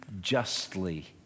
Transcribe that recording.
justly